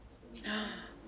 uh